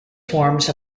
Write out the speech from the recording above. forms